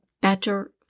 better